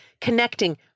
connecting